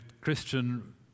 Christian